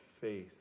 faith